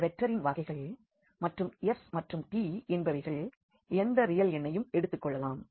இந்த வெக்டரின் வகைகள் மற்றும் s மற்றும் t என்பவைகள் எந்த ரியல் எண்ணையும் எடுத்துக்கொள்ளலாம்